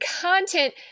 content